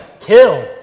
kill